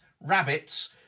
rabbits